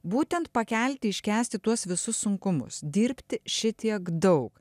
būtent pakelti iškęsti tuos visus sunkumus dirbti šitiek daug